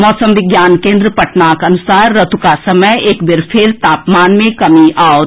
मौसम विज्ञान केन्द्र पटनाक अनुसार रातुक समय एक बेर फेर तापमान मे कमी आओत